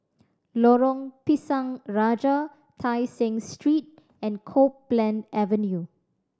Lorong Pisang Raja Tai Seng Street and Copeland Avenue